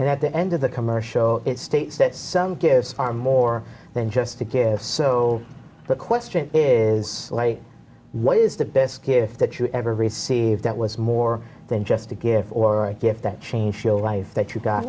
and at the end of the commercial it states that some gifts are more than just a gift so the question is like what is the best gift that you ever received that was more than just a gift or a gift that changed show life that you got